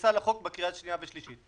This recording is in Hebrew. בכניסה לחוק בקריאה השנייה והשלישית.